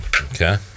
Okay